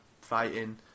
fighting